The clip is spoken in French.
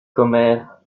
commères